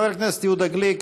חבר הכנסת יהודה גליק,